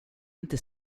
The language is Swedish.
inte